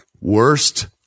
Worst